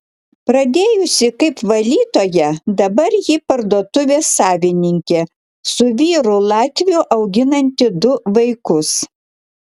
pradėjusi kaip valytoja dabar ji parduotuvės savininkė su vyru latviu auginanti du vaikus